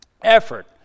Effort